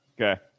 Okay